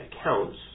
accounts